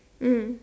mm